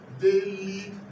daily